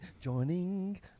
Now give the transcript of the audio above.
joining